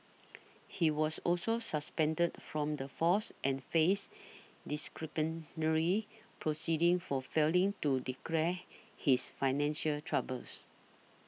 he was also suspended from the force and faced disciplinary proceedings for failing to declare his financial troubles